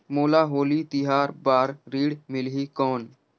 मोला होली तिहार बार ऋण मिलही कौन?